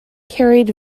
carried